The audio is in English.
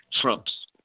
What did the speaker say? trumps